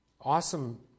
awesome